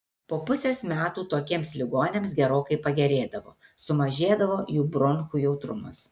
po pusės metų tokiems ligoniams gerokai pagerėdavo sumažėdavo jų bronchų jautrumas